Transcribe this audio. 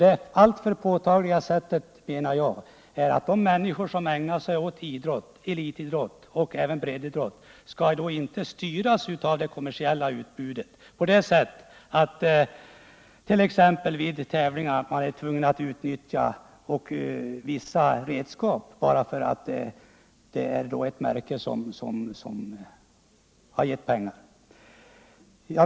En alltför påtaglig styrning blir det t.ex. om de som ägnar sig åt elitidrott — och detta gäller även dem som ägnar sig åt breddidrott — vid tävlingar är tvungna att utnyttja de redskap som tillverkas av det företag som ger pengar.